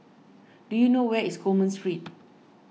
do you know where is Coleman Street